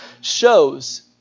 shows